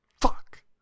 Fuck